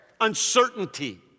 uncertainty